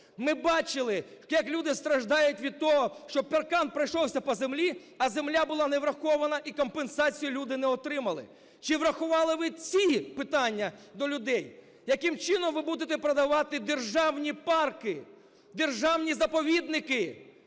Ми бачили, як люди страждають від того, що паркан пройшовся по землі, а земля була не врахована, і компенсацію люди не отримали. Чи врахували ви ці питання до людей? Яким чином ви будете продавати державні парки, державні заповідники,